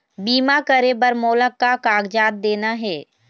बीमा करे बर मोला का कागजात देना हे?